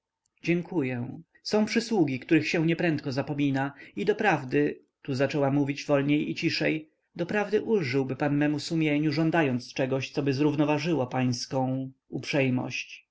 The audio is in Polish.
dziękuję są przysługi których się nie prędko zapomina i doprawdy tu zaczęła mówić wolniej i ciszej doprawdy ulżyłby pan memu sumieniu żądając czegoś coby zrównoważyło pańską uprzejmość